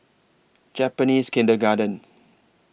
Japanese Kindergarten